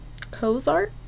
Cozart